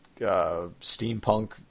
steampunk